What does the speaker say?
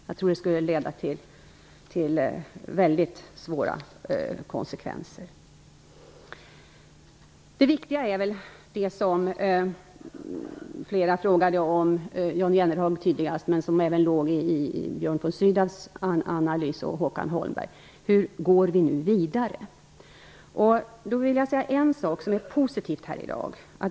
Jag tror att det skulle leda till mycket svåra konsekvenser. Sydow och Håkan Holmberg tog på olika sätt upp frågan om hur vi skall gå vidare. Jag vill säga en sak som är positiv i dag.